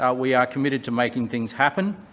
ah we are committed to making things happen.